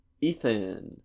ethan